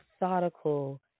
methodical